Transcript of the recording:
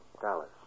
Dallas